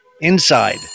Inside